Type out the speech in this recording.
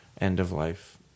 end-of-life